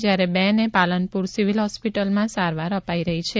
જ્યારે બે ને પાલનપુર સીવીલ હોસ્પિટલમાં સારવાર અપાઈ રહી છે